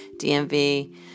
DMV